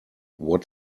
what